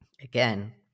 again